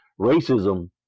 racism